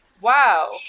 Wow